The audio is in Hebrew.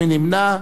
מי נמנע?